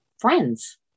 friends